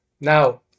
now